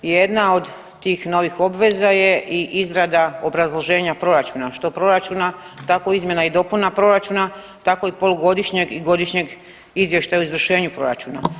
Jedna od tih novih obveza je i izrada obrazloženja proračuna, što proračuna tako izmjena i dopuna proračuna tako i polugodišnjeg i godišnjeg izvještaja o izvršenju proračuna.